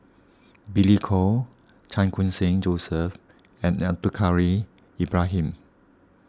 Billy Koh Chan Khun Sing Joseph and Abdul curry Ibrahim